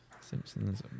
Simpsons